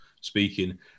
speaking